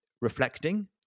reflecting